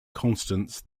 constance